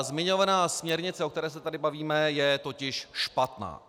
Zmiňovaná směrnice, o které se tady bavíme, je totiž špatná.